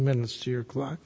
minutes to your clock